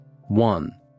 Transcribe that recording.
One